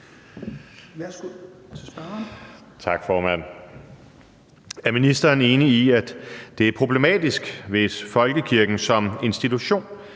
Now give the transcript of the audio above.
Messerschmidt (DF): Tak, formand. Er ministeren enig i, at det er problematisk, hvis folkekirken som institution